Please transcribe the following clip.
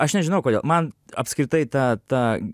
aš nežinau kodėl man apskritai ta ta